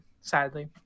sadly